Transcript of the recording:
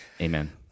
Amen